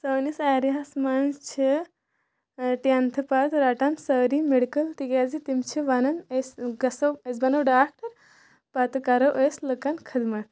سٲنِس ایریا ہس منٛز چھِ ٹٮ۪نتھٕ پتہٕ رٹان سٲری میڈکل تِکیٛازِ تِم چھِ ونان أسۍ گژھو أسۍ بنٛو ڈاکٹر پتہٕ کرو أسۍ لُکن خدمت